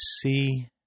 see